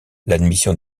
l’admission